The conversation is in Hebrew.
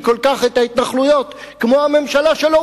כל כך את ההתנחלויות כמו הממשלה שלו.